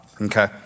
Okay